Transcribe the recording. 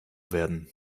werden